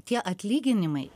tie atlyginimai